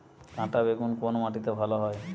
কাঁটা বেগুন কোন মাটিতে ভালো হয়?